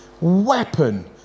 weapon